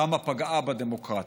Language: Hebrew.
כמה פגעה בדמוקרטיה.